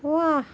واہ